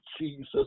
Jesus